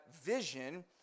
vision